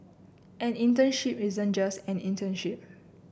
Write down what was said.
an internship isn't just an internship